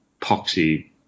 poxy